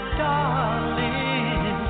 darling